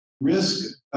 risk